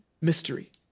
mystery